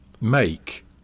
make